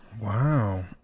Wow